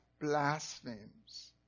blasphemes